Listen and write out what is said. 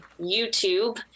YouTube